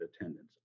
attendance